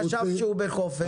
חשב שהוא בחופש,